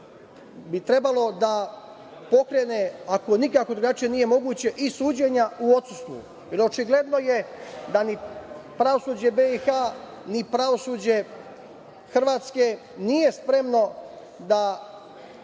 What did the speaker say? Višeg suda pokrene, ako nikako drugačije nije moguće, i suđenja u odsustvu, jer očigledno je da ni pravosuđe BiH, ni pravosuđe Hrvatske, nije spremno da